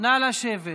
נא לשבת.